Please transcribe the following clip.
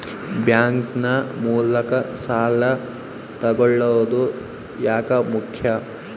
Bank ನ ಮೂಲಕ ಸಾಲ ತಗೊಳ್ಳೋದು ಯಾಕ ಮುಖ್ಯ?